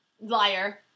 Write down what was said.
Liar